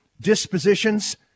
dispositions